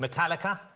metallica?